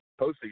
postseason